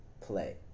play